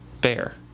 bear